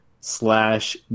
slash